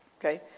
Okay